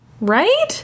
Right